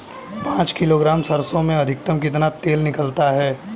पाँच किलोग्राम सरसों में अधिकतम कितना तेल निकलता है?